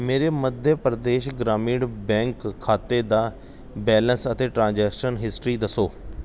ਮੇਰੇ ਮੱਧ ਪ੍ਰਦੇਸ਼ ਗ੍ਰਾਮੀਣ ਬੈਂਕ ਖਾਤੇ ਦਾ ਬੈਲੇਂਸ ਅਤੇ ਟ੍ਰਾਂਜੈਕਸ਼ਨ ਹਿਸਟਰੀ ਦੱਸੋ